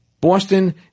Boston